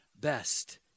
best